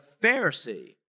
Pharisee